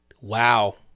wow